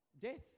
Death